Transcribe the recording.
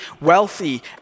wealthy